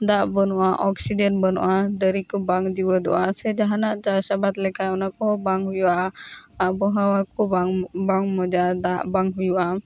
ᱫᱟᱜ ᱵᱟᱹᱱᱩᱜᱼᱟ ᱚᱠᱥᱤᱡᱮᱱ ᱵᱟᱹᱱᱩᱜᱼᱟ ᱫᱟᱨᱮᱠᱚ ᱵᱟᱝ ᱡᱤᱣᱮᱫᱚᱼᱟ ᱥᱮ ᱡᱟᱦᱟᱱᱟᱜ ᱪᱟᱥ ᱟᱵᱟᱫ ᱞᱮᱠᱟ ᱚᱱᱟᱠᱚᱦᱚᱸ ᱵᱟᱝ ᱦᱩᱭᱩᱜᱼᱟ ᱟᱵᱚᱦᱟᱣᱟᱠᱚ ᱵᱟᱝ ᱵᱟᱝ ᱢᱚᱡᱽᱼᱟ ᱫᱟᱜ ᱵᱟᱝ ᱦᱩᱭᱩᱜᱼᱟ